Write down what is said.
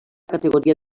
categoria